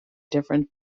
difference